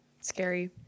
scary